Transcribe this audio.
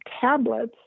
tablets